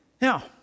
Now